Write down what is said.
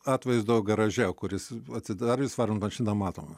atvaizdo garaže kuris atsidarius varant mašiną matomas